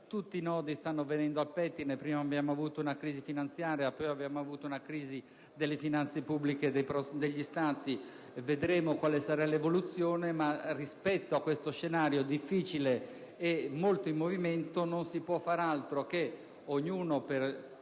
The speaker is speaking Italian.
Tutti i nodi stanno venendo al pettine. Prima abbiamo avuto una crisi finanziaria, poi una crisi delle finanze pubbliche degli Stati. Vedremo quale sarà l'evoluzione, ma rispetto a questo scenario, difficile e molto in movimento, non si può far altro, ognuno per